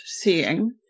seeing